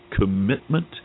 commitment